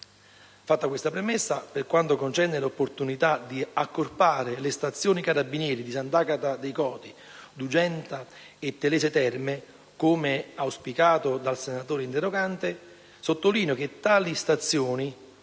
Fatta questa premessa, per quanto concerne l'opportunità di accorpare le stazioni dei Carabinieri di Sant'Agata de' Goti, Dugenta e Telese Terme - come auspicato dal senatore interrogante - sottolineo che tali stazioni,